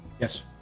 Yes